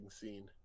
scene